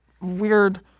weird